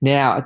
Now